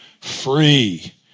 free